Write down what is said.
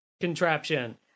contraption